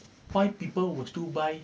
why people will still buy